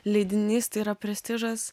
leidinys tai yra prestižas